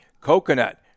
coconut